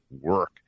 work